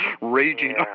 raging